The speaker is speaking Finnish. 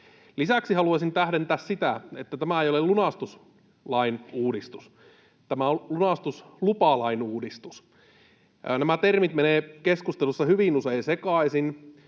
Lisäksi haluaisin tähdentää sitä, että tämä ei ole lunastuslain uudistus. Tämä on lunastuslupalain uudistus. Nämä termit menevät keskustelussa hyvin usein sekaisin,